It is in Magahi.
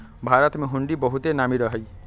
भारत में हुंडी बहुते नामी रहै